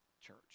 Church